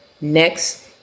Next